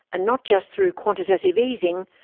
and not just through quantitative easing,